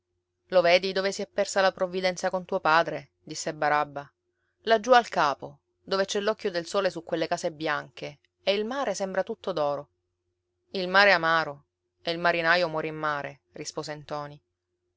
lo vedi dove si è persa la provvidenza con tuo padre disse barabba laggiù al capo dove c'è l'occhio del sole su quelle case bianche e il mare sembra tutto d'oro il mare è amaro e il marinaro muore in mare rispose ntoni